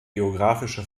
geographische